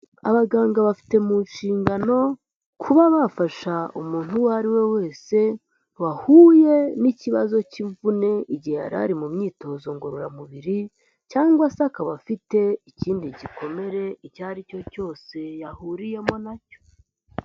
Abaganga bafite mu nshingano, kuba bafasha umuntu uwo ari we wese, wahuye n'ikibazo cy'imvune igihe yari ari mu myitozo ngororamubiri cyangwa se akaba afite ikindi gikomere icyo ari cyo cyose yahuriyemo na cyo.